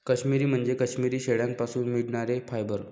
काश्मिरी म्हणजे काश्मिरी शेळ्यांपासून मिळणारे फायबर